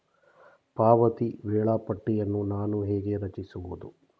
ಪಾವತಿ ವೇಳಾಪಟ್ಟಿಯನ್ನು ನಾನು ಹೇಗೆ ರಚಿಸುವುದು?